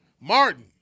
Martin